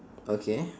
okay